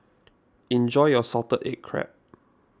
enjoy your Salted Egg Crab